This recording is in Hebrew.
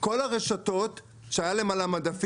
כל הרשתות שהיה להם חד-פעמי על המדפים.